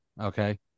Okay